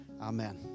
Amen